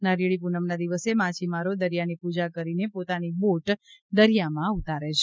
નારીયેળી પૂનમના દિવસે માછીમારો દરિયાની પૂજા કરીને પોતાની બોટ દરીયામાં ઉતારે છે